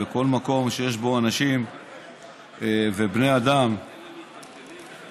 בכל מקום שיש בו אנשים ובני אדם נורמטיביים,